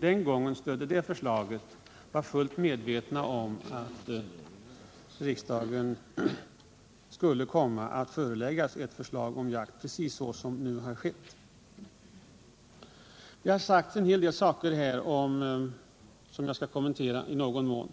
den gången stödde det förslaget var fullt medvetna om att riksdagen skulle komma att föreläggas ett förslag om jakt precis så som nu har skett. Det har sagts en hel del saker här i dag som jag skall kommentera i någon mån.